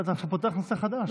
אתה עכשיו פותח נושא חדש.